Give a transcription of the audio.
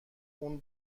اون